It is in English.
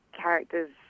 characters